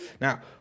Now